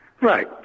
Right